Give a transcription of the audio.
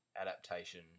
adaptation